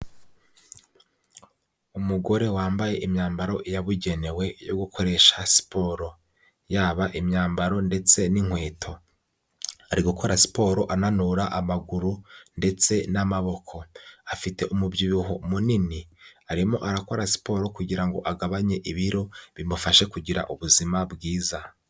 Umugore wambaye imyambaro yabugenewe yo gukoresha siporo, yaba imyambaro ndetse n'inkweto ari gukora siporo ananura amaguru ndetse n'amaboko, afite umubyibuho munini arimo arakora siporo kugira ngo agabanye ibiro bimufashe kugira ubuzima bwiza.